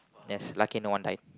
yes lucky no one died